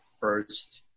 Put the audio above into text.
first